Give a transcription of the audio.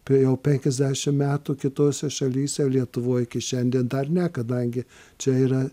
prie jau penkiasdešim metų kitose šalyse lietuvoj iki šiandien dar ne kadangi čia yra